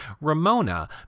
Ramona